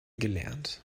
gelernt